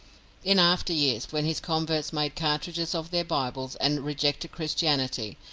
in after years, when his converts made cartridges of their bibles and rejected christianity,